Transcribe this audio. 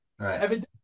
Right